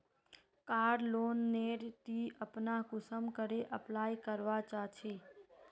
कार loan नेर ती अपना कुंसम करे अप्लाई करवा चाँ चची?